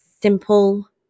simple